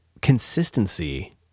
consistency